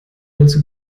dazu